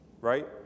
right